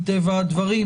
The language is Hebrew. מטבע הדברים,